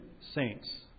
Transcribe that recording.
saints